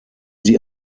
sie